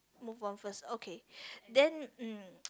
move on first okay then mm